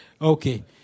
Okay